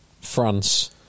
France